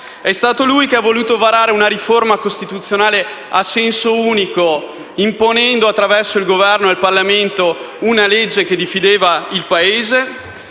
È stato lui che ha voluto varare una riforma costituzionale a senso unico, imponendo attraverso il Governo al Parlamento una legge che divideva al Paese.